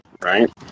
right